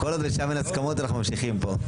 כל עוד שם אין הסכמות, אנחנו ממשיכים פה.